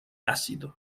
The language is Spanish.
ácido